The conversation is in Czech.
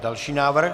Další návrh.